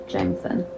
Jameson